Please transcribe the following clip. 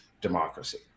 democracy